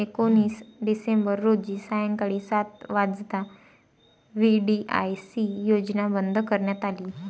एकोणीस डिसेंबर रोजी सायंकाळी सात वाजता व्ही.डी.आय.सी योजना बंद करण्यात आली